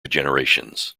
generations